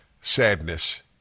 sadness